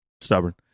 Stubborn